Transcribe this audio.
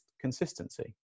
consistency